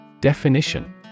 Definition